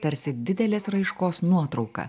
tarsi didelės raiškos nuotrauka